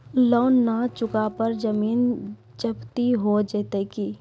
Loan न चुका पर जमीन जब्ती हो जैत की?